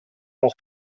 auch